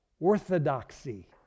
orthodoxy